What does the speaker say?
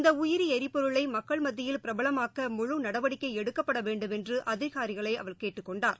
இந்தஉயிரிளரிபொருளைமக்கள் மத்தியில் பிரபலமாக்க ழு நடவடிக்கைஎடுக்கப்படவேண்டுமென்றுஅதிகாரிகளைஅவர் கேட்டுக் கொண்டார்